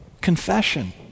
Confession